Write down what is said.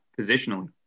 positionally